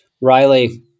Riley